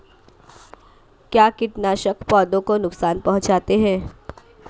क्या कीटनाशक पौधों को नुकसान पहुँचाते हैं?